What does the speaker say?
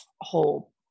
whole